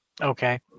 Okay